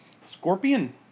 Scorpion